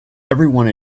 everyone